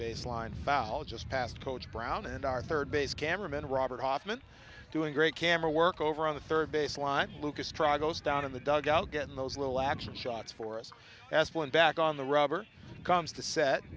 baseline foul just past coach brown and our third base cameraman robert hofmann doing great camera work over on the third base line lucas try goes down in the dugout getting those little action shots for us as one back on the rubber comes to set